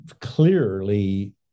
clearly